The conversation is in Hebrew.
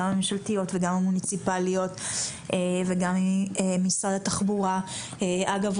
גם הממשלתיות וגם המוניציפליות וגם משרד התחבורה ואגב,